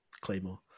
Claymore